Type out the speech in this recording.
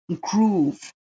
groove